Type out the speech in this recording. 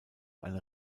eine